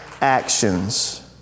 actions